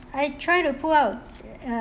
I try to pull out uh